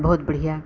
बहुत बढ़िया